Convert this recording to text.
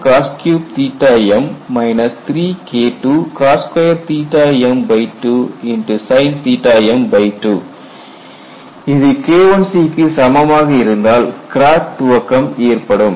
KICKIcos3m2 3KIIcos2 m2sinm2 இது K1C க்கு சமமாக இருந்தால் கிராக் துவக்கம் ஏற்படும்